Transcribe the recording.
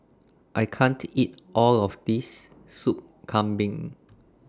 I can't eat All of This Soup Kambing